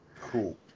Cool